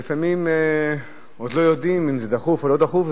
ולפעמים עוד לא יודעים אם זה דחוף או לא דחוף,